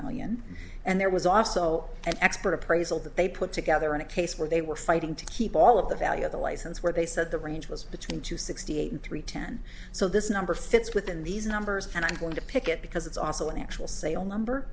million and there was also an expert appraisal that they put together in a case where they were fighting to keep all of the value of the license where they said the range was between two sixty eight and three ten so this number fits within these numbers and i'm going to pick it because it's also an actual sale number